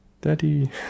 Daddy